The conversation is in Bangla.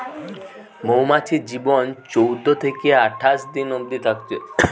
মৌমাছির জীবন চোদ্দ থিকে আঠাশ দিন অবদি থাকছে